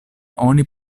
oni